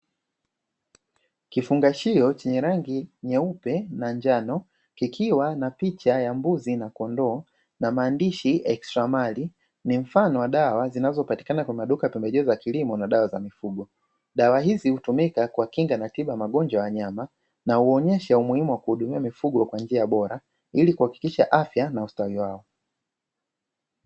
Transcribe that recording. Kifungashio chenye rangi nyeupe na njano kikiwa na picha mbuzi na kondoo na maandishi "extra mali", ni mfano wa dawa zinazopatikana kwenye maduka ya pembejeo za kilimo na dawa za mifugo. Dawa hizi hutumika kukinga tiba ya magonjwa ya wanyama na huonyesha umuhimu wa kuhudumia mifugo kwa njia bora ili kuhakikisha afya na ustadi wao.